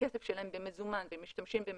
הכסף שלהם במזומן ומשתמשים במזומן,